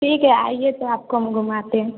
ठीक है आइए तो आपको हम घुमाते हैं